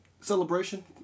Celebration